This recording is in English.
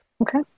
Okay